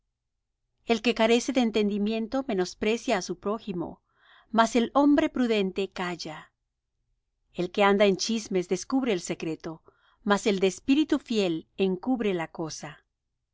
el que carece de entendimiento menosprecia á su prójimo mas el hombre prudente calla el que anda en chismes descubre el secreto mas el de espíritu fiel encubre la cosa